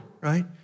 right